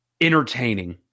entertaining